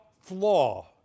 flaw